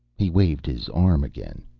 he waved his arm again.